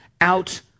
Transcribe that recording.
out